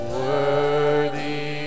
worthy